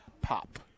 pop